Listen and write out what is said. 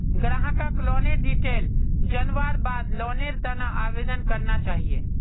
ग्राहकक लोनेर डिटेल जनवार बाद लोनेर त न आवेदन करना चाहिए